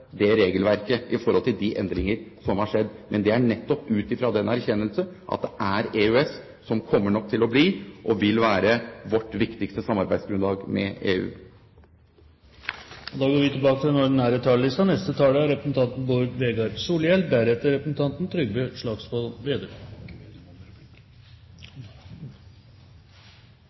til de endringer som har skjedd. Det er nettopp ut fra den erkjennelse at det er EØS som nok kommer til å bli og vil være vårt viktigste samarbeidsgrunnlag med EU. Replikkordskiftet er omme. Eg vil takke utanriksministeren for ei god utgreiing. Han var innom både den økonomiske situasjonen og